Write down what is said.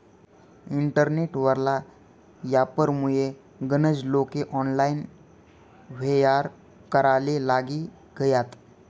internet वरला यापारमुये गनज लोके ऑनलाईन येव्हार कराले लागी गयात